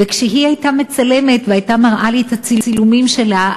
וכשהיא הייתה מצלמת והייתה מראה לי את הצילומים שלה,